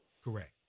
Correct